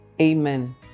amen